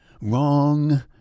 Wrong